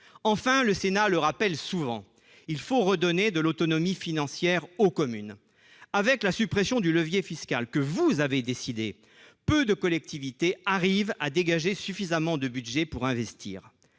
Enfin, le Sénat le rappelle souvent : il faut redonner de l'autonomie financière aux communes. À la suite de la suppression du levier fiscal, que vous avez décidée, peu de collectivités arrivent à dégager suffisamment de budget pour investir.